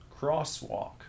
crosswalk